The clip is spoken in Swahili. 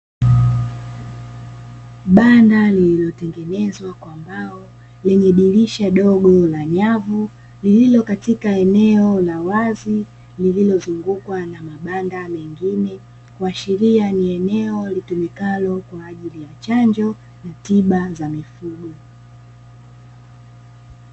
Banda lililotengenezwa kwa mbao lenye dirisha dogo la nyavu, lililo katika eneo la wazi, lililozungukwa na mabanda mengine. Kuashiria ni eneo litumikalo kwa ajili ya chanjo na tiba za mifugo.